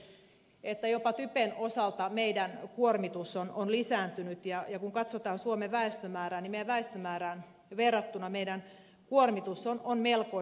forsius totesi jopa typen osalta meidän kuormituksemme on lisääntynyt ja kun katsotaan suomen väestömäärää niin meidän väestömääräämme verrattuna meidän kuormituksemme on melkoista